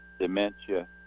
dementia